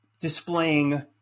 displaying